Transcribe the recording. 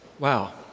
Wow